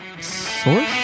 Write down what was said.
Source